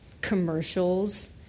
commercials